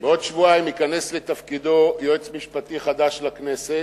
בעוד שבועיים ייכנס לתפקידו יועץ משפטי חדש לכנסת.